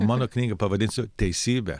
mano knygą pavadinsiu teisybė